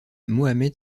mohamed